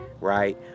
right